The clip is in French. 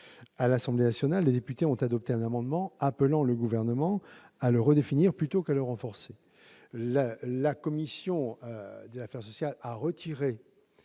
À l'Assemblée nationale, les députés ont adopté un amendement appelant le Gouvernement à le redéfinir plutôt qu'à le renforcer. La commission des affaires sociales a supprimé